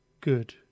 good